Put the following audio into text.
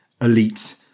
elite